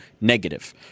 negative